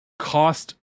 Cost